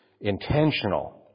intentional